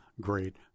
great